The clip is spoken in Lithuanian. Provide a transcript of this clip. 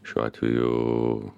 šiuo atveju